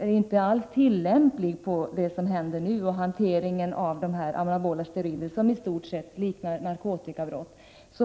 är inte alls tillämplig på hanteringen av anabola steroider, somi stort sett liknar narkotikabrott.